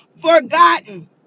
forgotten